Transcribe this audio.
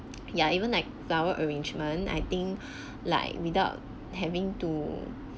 ya even like flower arrangement I think like without having to